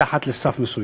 מתחת לסף מסוים.